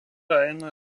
eina